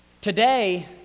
Today